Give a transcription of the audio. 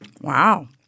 Wow